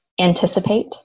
anticipate